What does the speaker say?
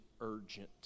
urgent